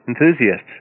enthusiasts